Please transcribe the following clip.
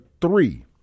three